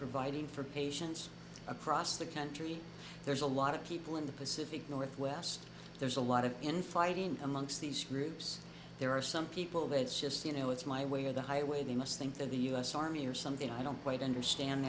providing for patients across the country there's a lot of people in the pacific northwest there's a lot of infighting amongst these groups there are some people that it's just you know it's my way or the highway they must think that the u s army or something i don't quite understand